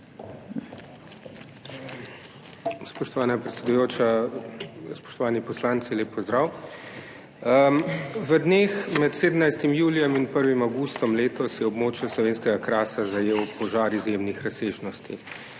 V dneh med 17. julijem in 1. avgustom letos je območje slovenskega Krasa zajel požar izjemnih razsežnosti.